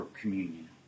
communion